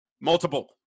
multiple